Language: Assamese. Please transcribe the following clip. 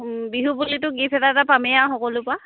বিহু বুলিটো গিফট এটা এটা পামেই আৰু সকলোৰে পৰা